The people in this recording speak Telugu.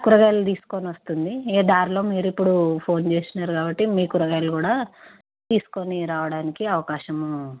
కూరగాయలు తీసుకొస్తుంది ఇక దారిలో మీరు ఇప్పుడు ఫోన్ చేశారు కాబట్టి మీ కూరగాయలు కూడా తీసుకురావడానికి అవకాశము